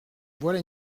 voilà